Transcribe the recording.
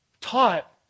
taught